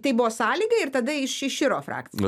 tai buvo sąlyga ir tada iš iširo frakcija